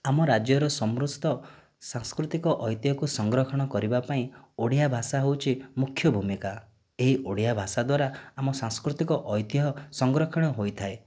ଆମ ରାଜ୍ୟର ସମସ୍ତ ସାଂସ୍କୃତିକ ଐତିହ୍ୟକୁ ସଂରକ୍ଷଣ କରିବା ପାଇଁ ଓଡ଼ିଆ ଭାଷା ହେଉଛି ମୁଖ୍ୟ ଭୂମିକା ଏହି ଓଡ଼ିଆ ଭାଷା ଦ୍ୱାରା ଆମ ସାଂସ୍କୃତିକ ଐତିହ୍ୟ ସଂରକ୍ଷଣ ହୋଇଥାଏ